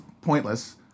pointless